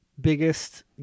biggest